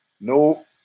No